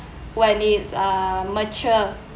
when it's uh mature